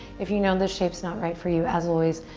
if you know this shape's not right for you, as always,